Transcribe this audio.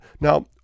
now